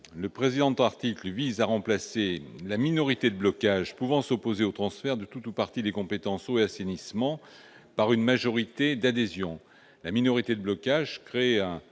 L'amendement n° 31 vise à remplacer la minorité de blocage pouvant s'opposer au transfert de tout ou partie des compétences « eau » et « assainissement » par une majorité d'adhésion. La minorité de blocage